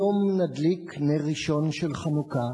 היום נדליק נר ראשון של חנוכה,